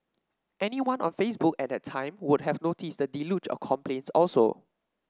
anyone on Facebook at that time would have noticed the deluge of complaints also